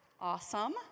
Awesome